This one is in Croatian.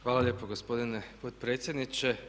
Hvala lijepa gospodine potpredsjedniče.